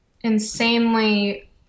insanely